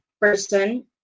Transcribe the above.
person